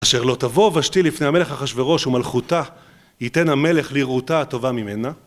אשר לא תבוא ושתי לפני המלך אחשורוש ומלכותה יתן המלך לרעותה הטובה ממנה.